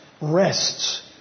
rests